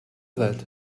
that